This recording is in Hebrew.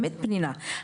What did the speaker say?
באמת פנינה.